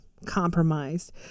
compromised